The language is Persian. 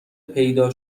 پیدا